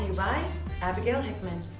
by abigail hickman.